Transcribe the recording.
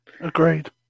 Agreed